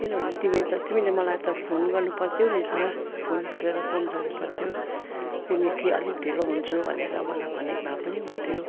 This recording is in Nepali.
किनभने तिमी त तिमीले मलाई त फोन गर्नु पर्थ्यो नि त फोन गरेर सम्झाउनु पर्थ्यो तिमी कि अलिक ढिलो हुन्छु भनेर मलाई भनेको भए पनि हुन्थ्यो